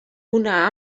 una